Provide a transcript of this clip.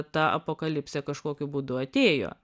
ta apokalipsė kažkokiu būdu atėjo